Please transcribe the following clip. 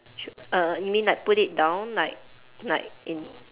should err you mean like put it down like like in